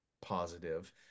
positive